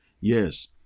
Yes